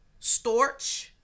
Storch